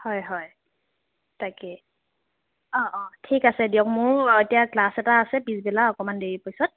হয় হয় তাকে অঁ অঁ ঠিক আছে দিয়ক মোৰো এতিয়া ক্লাছ এটা পিছবেলা অকণমান দেৰিকৈ যাওঁ